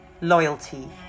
loyalty